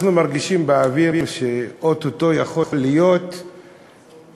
אנחנו מרגישים באוויר שאו-טו-טו יכול להיות שנקבל